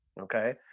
Okay